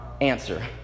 answer